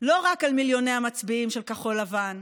לא רק על מיליוני המצביעים של כחול לבן,